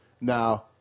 now